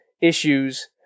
issues